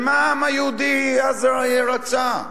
ומה העם היהודי אז רצה?